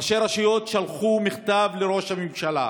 ראשי רשויות שלחו מכתב לראש הממשלה,